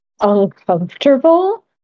uncomfortable